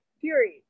Period